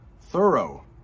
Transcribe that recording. Thorough